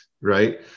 right